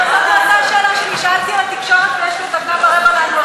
אותה שאלה שאני שאלתי על התקשורת ויש לך דקה ורבע לענות לי.